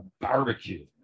barbecue